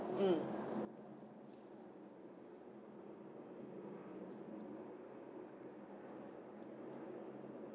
mm